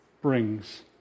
brings